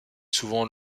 souvent